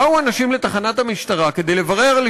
באו אנשים לתחנת המשטרה כדי לברר,